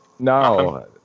No